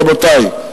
רבותי,